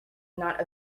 not